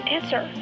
Answer